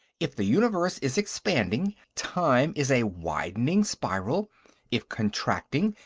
if the universe is expanding, time is a widening spiral if contracting,